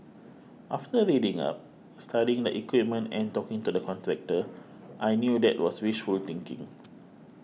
after reading up studying the equipment and talking to the contractor I knew that was wishful thinking